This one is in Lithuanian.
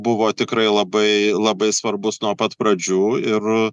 buvo tikrai labai labai svarbus nuo pat pradžių ir